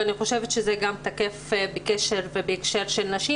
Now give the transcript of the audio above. ואני חושבת שזה גם תקף בהקשר של נשים,